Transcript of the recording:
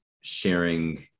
sharing